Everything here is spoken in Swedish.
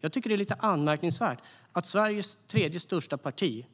Jag tycker att det är anmärkningsvärt att Sveriges tredje största parti